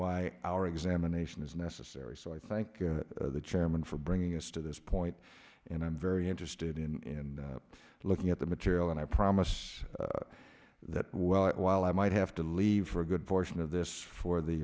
why our examination is necessary so i thank the chairman for bringing us to this point and i'm very interested in looking at the material and i promise that well while i might have to leave for a good portion of this for the